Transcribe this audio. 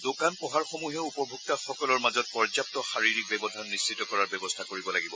দোকান পোহাৰসমূহেও উপভোক্তাসকলৰ মাজত পৰ্যাপ্ত শাৰীৰিক ব্যৱধান নিশ্চিত কৰাৰ ব্যৱস্থা কৰিব লাগিব